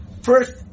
First